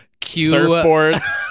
Surfboards